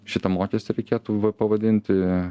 šitą mokestį reikėtų pavadinti